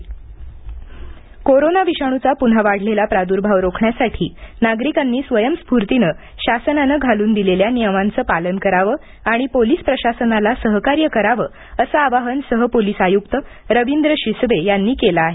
आवाहन कोरोना विषाणूचा पुन्हा वाढलेला प्रादुर्भाव रोखण्यासाठी नागरिकांनी स्वयंस्फूर्तीनं शासनानं घालून दिलेल्या नियमांचं पालन करावं आणि पोलिस प्रशासनाला सहकार्य करावं असं आवाहन सहपोलीस आयुक्त रवींद्र शिसवे यांनी केलं आहे